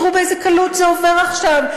תראו באיזו קלות זה עובר עכשיו.